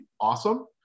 awesome